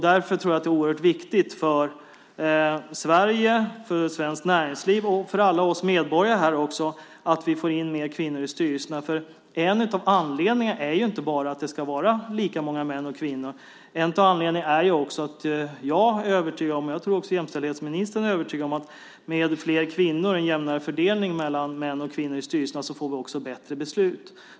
Därför tror jag att det är oerhört viktigt för Sverige, svenskt näringsliv och alla oss medborgare att vi får in fler kvinnor i styrelserna. Anledningen är inte bara att det ska vara lika många kvinnor som män. Jag är övertygad om - och jag tror att också jämställdhetsministern är övertygad om det - att med fler kvinnor och en jämnare fördelning mellan män och kvinnor i styrelserna får vi bättre beslut.